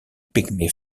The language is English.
pygmy